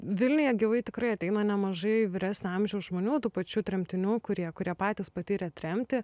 vilniuje gyvai tikrai ateina nemažai vyresnio amžiaus žmonių tų pačių tremtinių kurie kurie patys patyrė tremtį